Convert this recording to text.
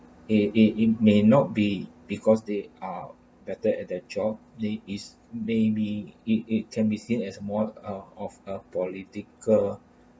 it it it may not be because they are better at the job they is maybe it it can be seen as more uh of a political